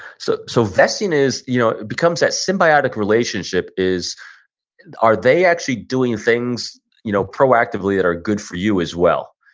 so so, vesting is, you know it becomes that symbiotic relationship is are they actually doing things you know proactively that are good for you as well?